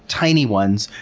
tiny ones.